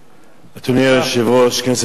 אדוני היושב-ראש, כנסת נכבדה,